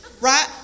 Right